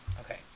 Okay